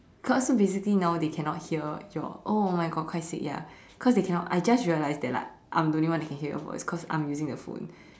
got so basically now they cannot hear your oh my God Christ sake ya cause they cannot I just realized that like I'm the only one that can hear your voice cause I'm using the phone